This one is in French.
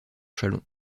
chalon